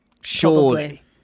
Surely